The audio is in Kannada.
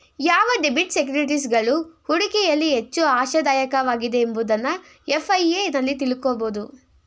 ಯಾವ ಡೆಬಿಟ್ ಸೆಕ್ಯೂರಿಟೀಸ್ಗಳು ಹೂಡಿಕೆಯಲ್ಲಿ ಹೆಚ್ಚು ಆಶಾದಾಯಕವಾಗಿದೆ ಎಂಬುದನ್ನು ಎಫ್.ಐ.ಎ ನಲ್ಲಿ ತಿಳಕೋಬೋದು